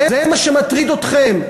זה מה שמטריד אתכם?